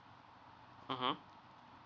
mmhmm